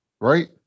right